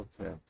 okay